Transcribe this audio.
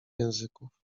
języków